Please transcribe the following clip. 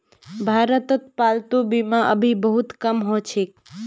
भारतत पालतू बीमा अभी बहुत कम ह छेक